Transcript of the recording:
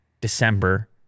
December